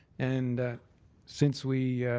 and since we